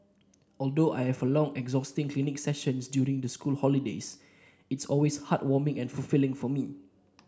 although I have long exhausting clinic sessions during the school holidays it's always heartwarming and fulfilling for me